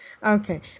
Okay